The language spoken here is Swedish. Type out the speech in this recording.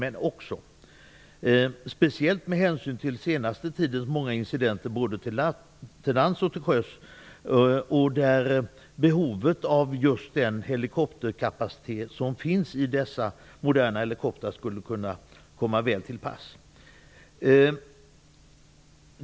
Jag ställer den frågan speciellt med tanke på den senaste tidens många incidenter både till lands och till sjöss, där den kapacitet som finns i dessa moderna helikoptrar skulle ha kunnat komma väl till pass.